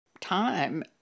time